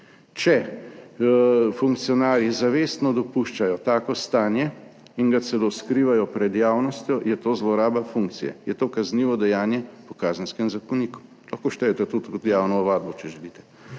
če funkcionarji zavestno dopuščajo tako stanje in ga celo skrivajo pred javnostjo, je to zloraba funkcije, je to kaznivo dejanje po Kazenskem zakoniku, lahko štejete tudi kot javno ovadbo, če želite,